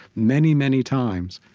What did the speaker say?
many, many times,